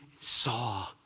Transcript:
saw